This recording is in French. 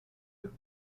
eux